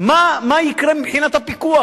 מה יקרה מבחינת הפיקוח?